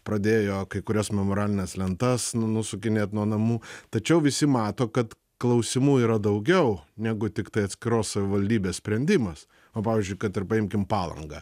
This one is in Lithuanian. pradėjo kai kurias memorialines lentas nusukinėt nuo namų tačiau visi mato kad klausimų yra daugiau negu tiktai atskiros savivaldybės sprendimas o pavyzdžiui kad ir paimkim palangą